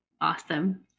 Awesome